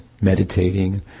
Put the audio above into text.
meditating